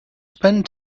spend